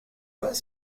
pas